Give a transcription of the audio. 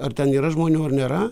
ar ten yra žmonių ar nėra